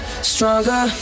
Stronger